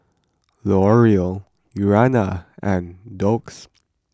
L'Oreal Urana and Doux